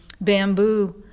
bamboo